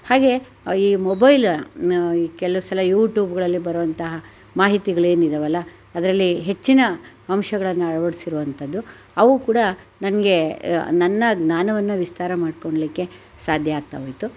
ಹಾಗೇ ಈ ಮೊಬೈಲ್ ಕೆಲವ್ ಸಲ ಯೂಟ್ಯೂಬ್ಗಳಲ್ಲಿ ಬರೋಂತಹ ಮಾಹಿತಿಗ್ಳೇನಿದ್ದಾವಲ ಅದರಲ್ಲಿ ಹೆಚ್ಚಿನ ಅಂಶಗಳನ್ನು ಅಳ್ವಡ್ಸಿರುವಂಥದ್ದು ಅವು ಕೂಡ ನನಗೆ ನನ್ನ ಜ್ಞಾನವನ್ನ ವಿಸ್ತಾರ ಮಾಡ್ಕೊಳ್ಲಿಕ್ಕೆ ಸಾಧ್ಯ ಆಗ್ತಾ ಹೋಯಿತು